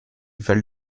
val